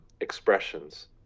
expressions